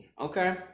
okay